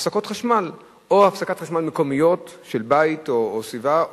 הפסקות חשמל; או הפסקות חשמל מקומיות של בית או סביבה,